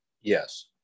Yes